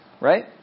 right